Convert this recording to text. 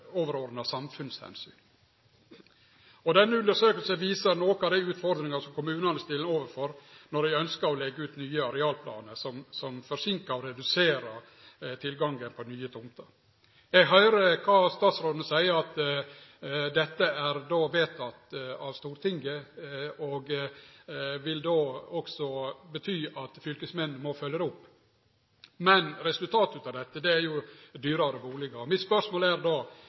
overordna samfunnsomsyn. Denne undersøkinga viser nokre av dei utfordringane som kommunane er stilte overfor når dei ønskjer å leggje ut nye arealplanar, utfordringar som forseinkar og reduserer tilgangen på nye tomter. Eg høyrer kva statsråden seier, at dette er vedteke av Stortinget, og at det vil bety at fylkesmennene må følgje det opp. Men resultatet av dette er jo dyrare bustader. Mitt spørsmål er då: